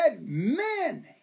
men